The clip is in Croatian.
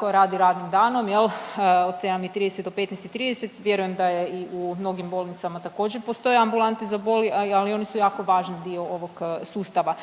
koja radi radnim danom jel' od 7,30 do 15,30. Vjerujem da je i u mnogim bolnicama također postoje ambulante za boli, ali one su jako važni dio ovog sustava.